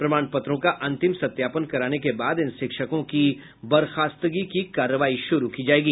प्रमाण पत्रों का अंतिम सत्यापन कराने के बाद इन शिक्षकों की बर्खास्तगी की कार्रवाई शुरू की जायेगी